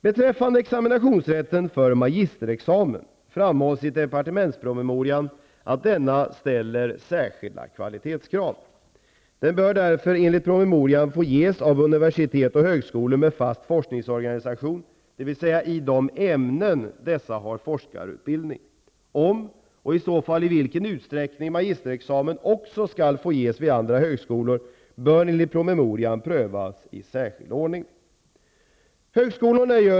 Beträffande examinationsrätten för magisterexamen framhålls i departementspromemorian att denna examen ställer särskilda kvalitetskrav. Den bör därför enligt promemorian få ges av universitet och högskolor med fast forskningsorganisation, dvs. i de ämnen dessa har forskarutbildning. Om, och i så fall i vilken utsträckning, magisterexamen också skall få ges vid andra högskolor bör enligt promemorian prövas i särskild ordning.